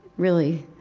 really?